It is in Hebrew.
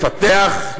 לפתח,